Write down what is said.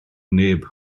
neb